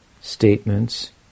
statements